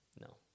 No